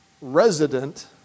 Resident